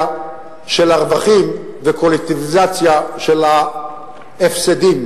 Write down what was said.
של הרווחים וקולקטיביזציה של ההפסדים,